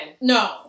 no